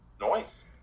noise